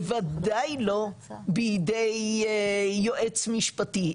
בוודאי לא בידי יועץ משפטי,